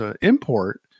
import